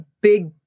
big